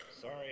Sorry